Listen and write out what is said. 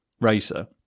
racer